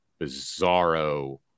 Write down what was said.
bizarro